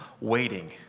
waiting